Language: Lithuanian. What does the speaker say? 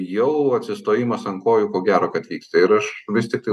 jau atsistojimas ant kojų ko gero kad vyksta ir aš vis tiktai